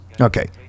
Okay